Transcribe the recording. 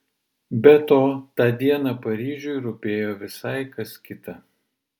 be to tą dieną paryžiui rūpėjo visai kas kita